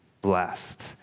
blessed